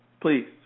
Please